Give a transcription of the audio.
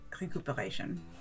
recuperation